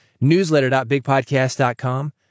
Newsletter.bigpodcast.com